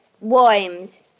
Worms